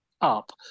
up